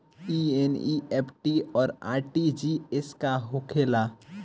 ई एन.ई.एफ.टी और आर.टी.जी.एस का होखे ला?